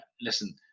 listen